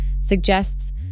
suggests